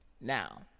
Now